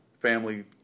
Family